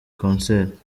concert